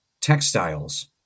textiles